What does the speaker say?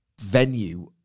venue